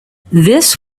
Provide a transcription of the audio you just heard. this